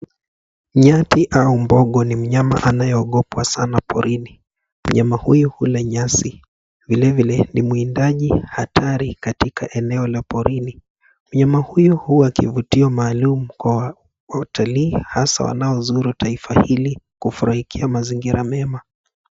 Nyati au mbogo ni mnyama anayeogopwa sana porini. Mnyama huyu hula nyasi. Vilevile ni mwindaji hatari katika eneo la porini. Mnyama huyu huwa kivutio maalum kwa watalii haswa wanaozuru taifa hili kufurahikia mazingira mema.